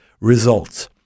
results